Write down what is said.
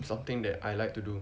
something that I like to do